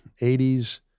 80s